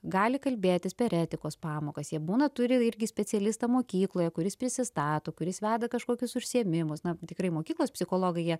gali kalbėtis per etikos pamokas jie būna turi irgi specialistą mokykloje kuris prisistato kuris veda kažkokius užsiėmimus na tikrai mokyklos psichologai jie